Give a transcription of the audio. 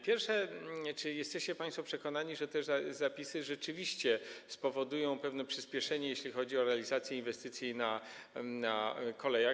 Pierwsze: Czy jesteście państwo przekonani, że te zapisy rzeczywiście spowodują pewne przyspieszenie, jeśli chodzi o realizację inwestycji na kolejach?